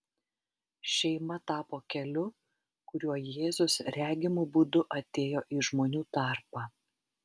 šeima tapo keliu kuriuo jėzus regimu būdu atėjo į žmonių tarpą